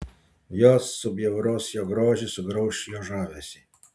jos subjauros jo grožį sugrauš jo žavesį